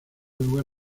lugar